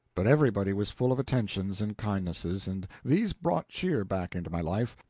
but everybody was full of attentions and kindnesses, and these brought cheer back into my life,